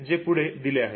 जे पुढे दिले आहे